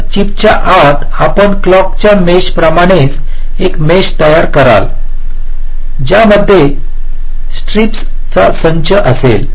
तर चिपच्या आत आपण क्लॉक च्या मेशप्रमाणेच एक मेश तयार कराल ज्यामध्ये स्त्रीपीस चा संच असेल